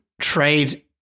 trade